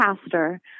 pastor